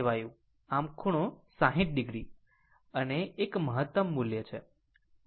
આ લેવાયું આમ ખૂણો 60 o અને આ એક મહતમ મૂલ્ય છે